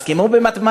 אז כמו במתמטיקה: